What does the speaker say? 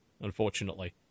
unfortunately